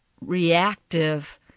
reactive